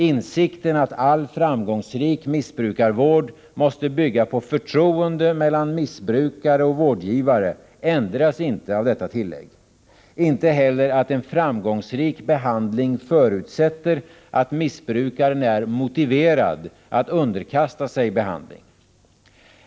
Insikten att all framgångsrik missbrukarvård måste bygga på förtroende mellan missbrukare och vårdgivare ändras inte av detta tillägg, liksom inte heller insikten att en framgångsrik behandling förutsätter att missbrukaren är motiverad att underkasta sig behandling.